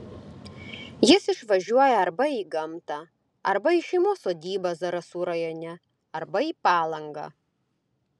jis išvažiuoja arba į gamtą arba į šeimos sodybą zarasų rajone arba į palangą